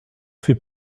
fait